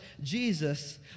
Jesus